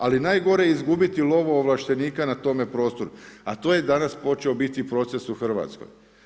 Ali najgore je izgubiti lovoovlaštenika na tom prostoru, a to je danas počeo biti proces u Hrvatskoj.